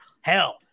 hell